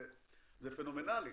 זה פנומנלי,